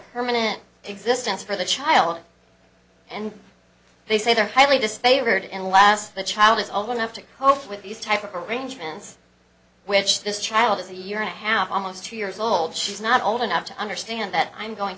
permanent existence for the child and they say they're highly disfavored and last the child is old enough to cope with these type of arrangements which this child is a year and a half almost two years old she's not old enough to understand that i'm going